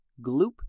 gloop